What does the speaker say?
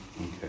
okay